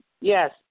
Yes